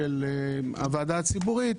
של הוועדה הציבורית,